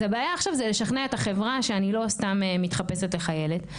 אז הבעיה עכשיו זה לשכנע את החברה שאני לא סתם מתחפשת לחיילת,